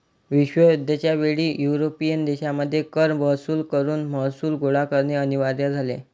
विश्वयुद्ध च्या वेळी युरोपियन देशांमध्ये कर वसूल करून महसूल गोळा करणे अनिवार्य झाले